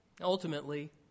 Ultimately